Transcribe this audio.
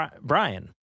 Brian